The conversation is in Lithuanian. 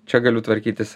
čia galiu tvarkytis